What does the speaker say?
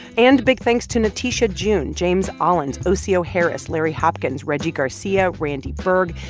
and big thanks to natisha june, james ollens, osio harris, larry hopkins, reggie garcia, randy berg,